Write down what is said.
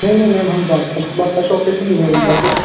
नहीं नहीं मैम हम फर्स्ट बार फर्स्ट ऑपरेशन ही है इनका तो